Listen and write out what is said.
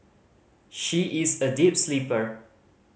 she is a deep sleeper